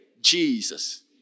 jesus